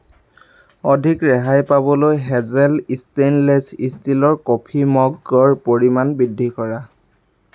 অধিক ৰেহাই পাবলৈ হেজেল ষ্টেইনলেছ ষ্টীলৰ কফি মগৰ পৰিমাণ বৃদ্ধি কৰা